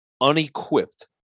unequipped